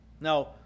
Now